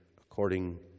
according